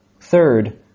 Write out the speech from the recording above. Third